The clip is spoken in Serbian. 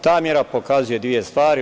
Ta mera pokazuje dve stvari.